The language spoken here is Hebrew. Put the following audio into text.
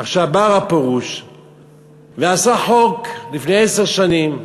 עכשיו, בא הרב פרוש ועשה חוק, לפני עשר שנים,